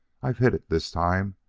i've hit it this time,